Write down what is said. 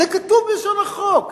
זה כתוב בלשון החוק.